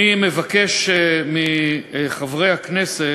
אני מבקש מחברי הכנסת,